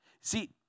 See